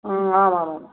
हा आमामाम्